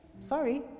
Sorry